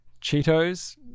Cheetos